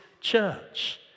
church